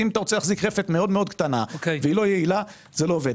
אם אתה רוצה להחזיק רפת קטנה ולא יעילה זה לא עובד.